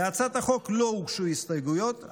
להצעת החוק לא הוגשו הסתייגויות,